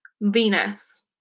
Venus